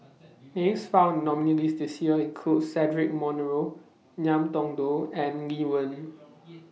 Names found in nominees' list This Year include Cedric Monteiro Ngiam Tong Dow and Lee Wen